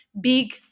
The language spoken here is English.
big